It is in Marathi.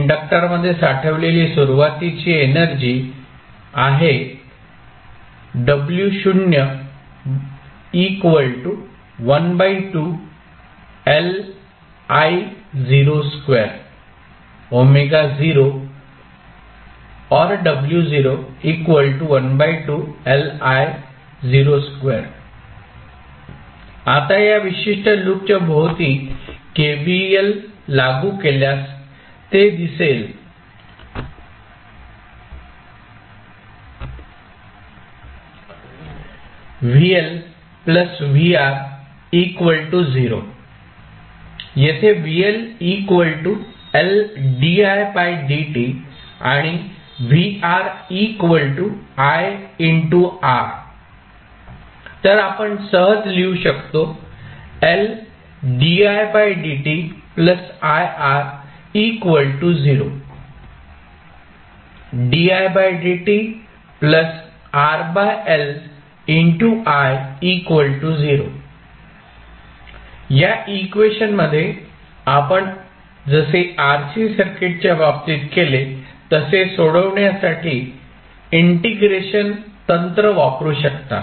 इंडक्टरमध्ये साठवलेली सुरुवातीची एनर्जी आहे आता या विशिष्ट लूपच्या भोवती KVL लागू केल्यास ते दिसेल येथे आणि तर आपण सहज लिहू शकतो या इक्वेशन मध्ये आपण जसे RC सर्किटच्या बाबतीत केले तसे सोडविण्यासाठी इंटिग्रेशन तंत्र वापरू शकता